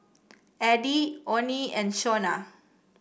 Addie Onnie and Shonna